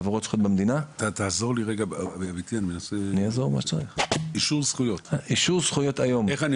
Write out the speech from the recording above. איך אני עושה אישור זכויות?